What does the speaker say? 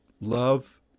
love